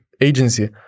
agency